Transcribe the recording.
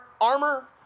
armor